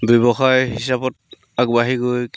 ব্যৱসায় হিচাপত আগবাঢ়ি গৈ